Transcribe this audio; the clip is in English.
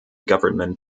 government